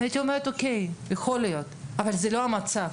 הייתי אומרת אוקיי, יכול להיות, אבל זה לא המצב.